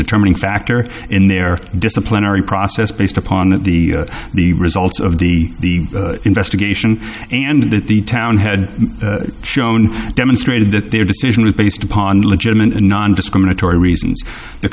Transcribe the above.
determining factor in their disciplinary process based upon the the results of the investigation and that the town had shown demonstrated that their decision was based upon legitimate nondiscriminatory reasons the